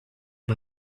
him